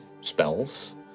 spells